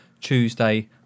Tuesday